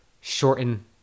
shorten